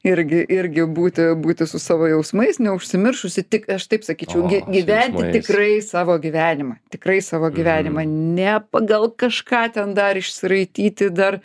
irgi irgi būti būti su savo jausmais ne užsimiršusi tik aš taip sakyčiau gi gyventi tikrai savo gyvenimą tikrai savo gyvenimą ne pagal kažką ten dar išsiraityti dar